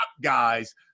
guys